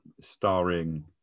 starring